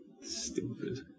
Stupid